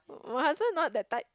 my husband's not that type